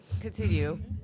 continue